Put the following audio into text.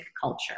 culture